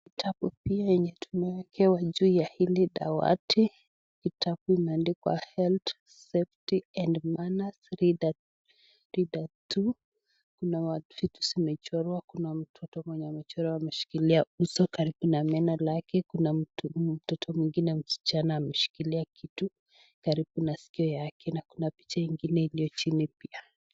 Kitabu pia yenye tumewekewa juu ya hili dawati. Kitabu imeandikwa Health, Safety and Manners Reader 2 . Kuna vitu zimechorwa. Kuna mtoto mwenye amechorwa ameshikilia uso karibu na meno lake. Kuna mtoto mwingine msichana ameshikilia kitu karibu na sikio yake na kuna picha ingine iliyo chini pia.